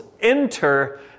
Enter